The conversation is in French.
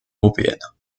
européennes